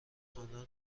خواندن